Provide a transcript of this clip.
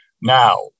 now